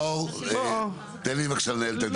נאור, נאור, תן לי בבקשה לנהל את הדיון.